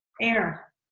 air